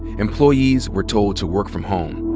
employees were told to work from home.